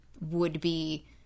would-be